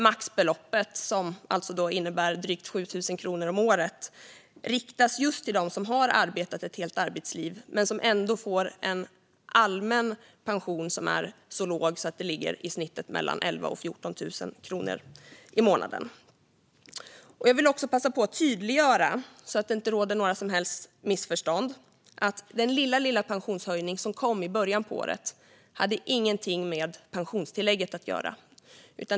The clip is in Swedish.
Maxbeloppet, drygt 7 000 kronor om året, riktas just till dem som har arbetat ett helt arbetsliv men ändå får en allmän pension som är så låg som mellan 11 000 och 14 000 kronor i månaden. Låt mig också tydliggöra, så att det inte råder några som helst missförstånd, att den lilla pensionshöjning som kom i början på året inte hade någonting med pensionstillägget att göra.